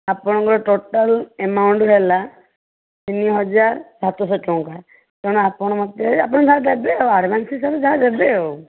ଆପଣଙ୍କର total amount ହେଲା ତିନି ହଜାର ସାତଶହ ଟଙ୍କା ତେଣୁ ଆପଣ ମୋତେ ଆପଣ ଯାହା ଦେବେ ଆଉ ଆଡ଼ଭାନ୍ସ ହିସାବରେ ଯାହା ଦେବେ ଆଉ